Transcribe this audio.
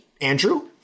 Andrew